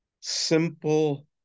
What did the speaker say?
simple